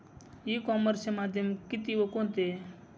E कॉमर्सचे माध्यम किती व कोणते?